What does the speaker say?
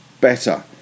better